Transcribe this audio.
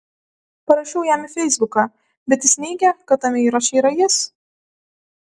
parašiau jam į feisbuką bet jis neigė kad tame įraše yra jis